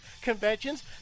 conventions